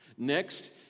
Next